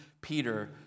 Peter